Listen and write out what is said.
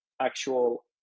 actual